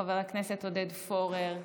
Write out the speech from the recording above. חבר הכנסת עודד פורר,